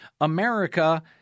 America